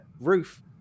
roof